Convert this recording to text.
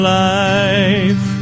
life